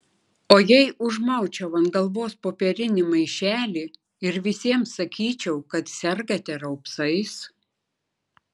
o jei užmaučiau ant galvos popierinį maišelį ir visiems sakyčiau kad sergate raupsais